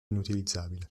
inutilizzabile